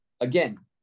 again